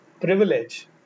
privilege